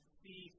see